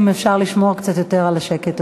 אם אפשר לשמור קצת יותר על השקט.